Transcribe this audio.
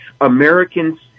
Americans